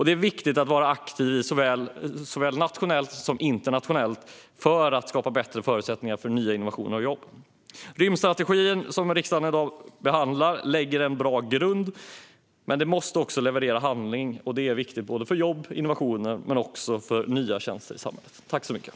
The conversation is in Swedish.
Det är viktigt att vara aktiv såväl nationellt som internationellt för att skapa bättre förutsättningar för innovationer och nya jobb. Rymdstrategin som riksdagen i dag behandlar lägger en bra grund, men den måste också leverera handling. Det är viktigt för jobb, innovationer och nya tjänster i samhället.